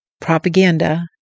propaganda